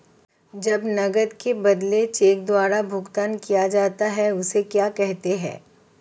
जब नकद के बदले चेक द्वारा भुगतान किया जाता हैं उसे क्या कहते है?